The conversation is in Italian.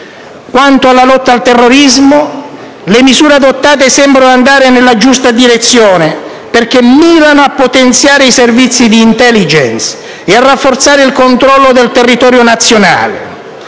Quanto alla lotta al terrorismo, le misure adottate sembrano andare nella giusta direzione, perché mirano a potenziare i servizi di *intelligence* e a rafforzare il controllo del territorio nazionale.